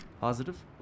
Positive